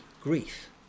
grief